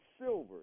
silver